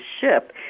ship